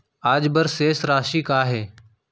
आज बर शेष राशि का हे?